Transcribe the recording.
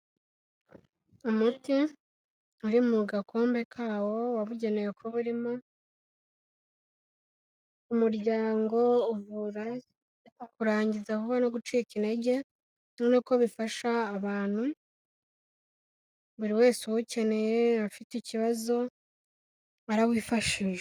Umuti uri mu gakombe kawo, wabugenewe kuba urimo, umuryango uvura kurangiza vuba no gucika intege, ubona ko bifasha abantu, buri wese uwukeneye afite ikibazo arawifashisha.